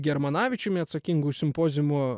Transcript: germanavičiumi atsakingų už simpoziumo